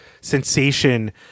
sensation